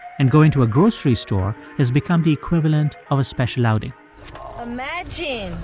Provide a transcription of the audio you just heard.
and going to a grocery store has become the equivalent of a special outing imagine